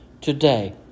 today